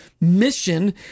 mission